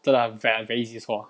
真的 very very easy to score